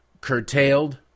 curtailed